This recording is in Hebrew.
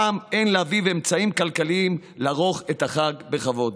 הפעם אין לאביו אמצעים כלכליים לערוך את החג בכבוד.